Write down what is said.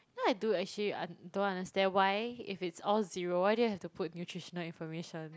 you know I do actually [uhn] don't understand why if it's all zero why do you have to put nutritional information